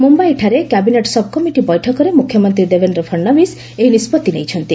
ମୁମ୍ୟାଇଠାରେ cabinet subcommittee ବୈଠକରେ ମୁଖ୍ୟମନ୍ତ୍ରୀ ଦେବେନ୍ଦ୍ର ଫଡ଼ନଭିସ୍ ଏହି ନିଷ୍ପଭି ନେଇଛନ୍ତି